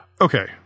Okay